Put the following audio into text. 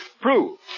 prove